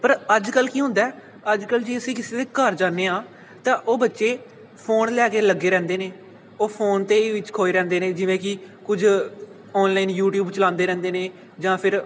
ਪਰ ਅੱਜ ਕੱਲ੍ਹ ਕੀ ਹੁੰਦਾ ਅੱਜ ਕੱਲ੍ਹ ਜੀ ਅਸੀਂ ਕਿਸੇ ਦੇ ਘਰ ਜਾਂਦੇ ਹਾਂ ਤਾਂ ਉਹ ਬੱਚੇ ਫੋਨ ਲੈ ਕੇ ਲੱਗੇ ਰਹਿੰਦੇ ਨੇ ਉਹ ਫੋਨ 'ਤੇ ਹੀ ਵਿੱਚ ਖੋਏ ਰਹਿੰਦੇ ਨੇ ਜਿਵੇਂ ਕਿ ਕੁਝ ਆਨਲਾਈਨ ਯੂਟਿਊਬ ਚਲਾਉਂਦੇ ਰਹਿੰਦੇ ਨੇ ਜਾਂ ਫਿਰ